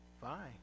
fine